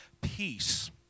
peace